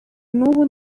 n’ubu